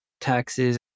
taxes